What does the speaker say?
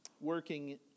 working